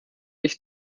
ich